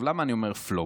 למה אני אומר "פלופ"?